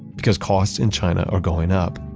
because costs in china are going up,